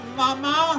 mama